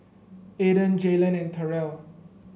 Aidyn Jaylen and Terell